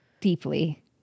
Deeply